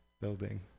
building